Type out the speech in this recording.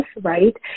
right